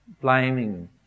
blaming